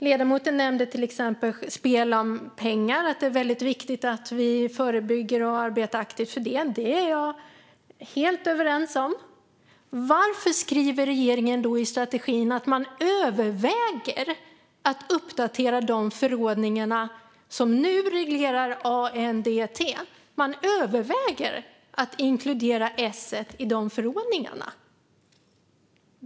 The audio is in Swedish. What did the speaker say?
Ledamoten nämnde till exempel spel om pengar och att det är viktigt att vi förebygger och arbetar aktivt med det. Det är jag helt överens med honom om. Men varför skriver då regeringen i strategin att man "överväger" att uppdatera de förordningar som nu reglerar ANDT så att S:et inkluderas i dem?